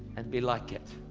and be like it.